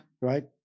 Right